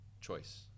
choice